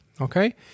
okay